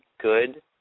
good